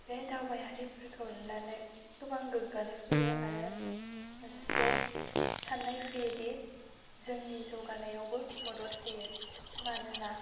बे दावबायारिफोरखौ नुनानै गोबां गोग्गानाय फैयो आरो मोनसे साननाय फैयोदि जोंनि जौगानायावबो मदद होयो मानोना